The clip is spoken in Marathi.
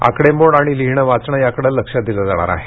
आकडेमोड आणि लिहिणे वाचणे याकडे लक्ष दिले जाणार आहे